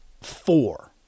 four